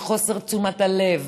בחוסר תשומת הלב.